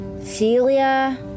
Celia